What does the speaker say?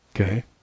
Okay